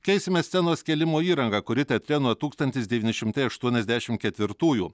keisime scenos kėlimo įrangą kuri teatre nuo tūkstantis devyni šimtai aštuoniasdešim ketvirtųjų